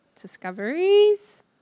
discoveries